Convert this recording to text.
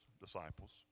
disciples